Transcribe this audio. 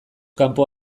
kanpo